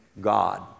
God